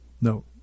No